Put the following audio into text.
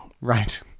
Right